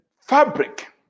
fabric